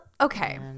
okay